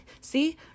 See